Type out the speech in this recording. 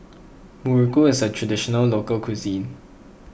Muruku is a Traditional Local Cuisine